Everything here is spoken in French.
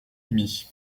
demie